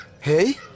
Hey